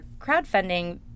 crowdfunding